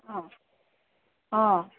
অঁ অঁ